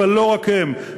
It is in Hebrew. אבל לא רק הם,